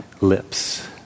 lips